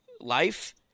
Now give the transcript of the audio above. life